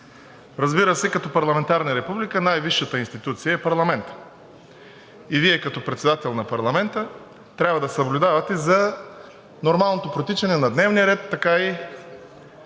Разбира се, като парламентарна република най-висшата институция е парламентът и Вие като председател на парламента трябва да съблюдавате за нормалното протичане на дневния ред и